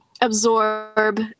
absorb